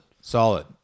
Solid